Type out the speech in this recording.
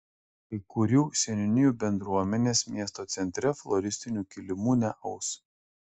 kai kurių seniūnijų bendruomenės miesto centre floristinių kilimų neaus